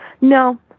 No